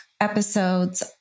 episodes